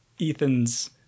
Ethan's